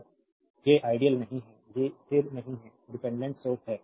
तो ये आइडियल नहीं हैं ये स्थिर नहीं हैं ये डिपेंडेंट सोर्स हैं